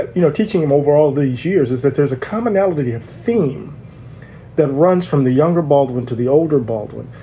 you know, teaching them over all these years is that there's a commonality of theme that runs from the younger baldwin to the older baldwin.